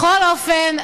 בכל אופן,